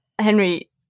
Henry